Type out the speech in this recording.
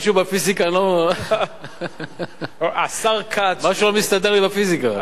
משהו בפיזיקה לא, משהו לא מסתדר עם הפיזיקה.